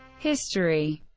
history